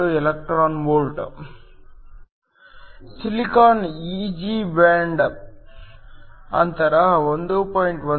silicon Eg band ಅಂತರ 1